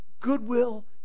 Goodwill